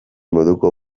moduko